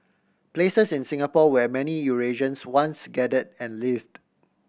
places in Singapore where many Eurasians once gathered and lived